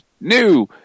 New